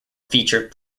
featured